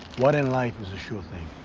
what in life sure thing?